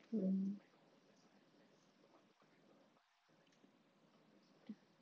ya